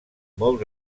molt